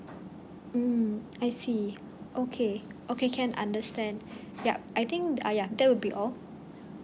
mm I see okay okay can understand yup I think ah ya that will be all